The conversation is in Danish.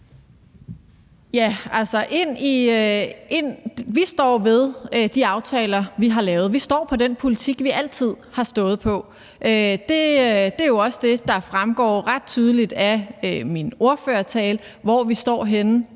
Vi står ved de aftaler, vi har lavet. Vi står for den politik, vi altid har stået for. Det er også det, der fremgår ret tydeligt af min ordførertale, altså hvor